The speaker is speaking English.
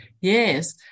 Yes